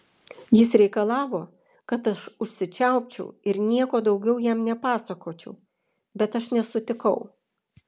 jis reikalavo kad aš užsičiaupčiau ir nieko daugiau jam nepasakočiau bet aš nesutikau